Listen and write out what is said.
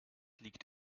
liegt